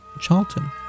Charlton